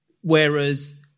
Whereas